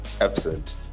absent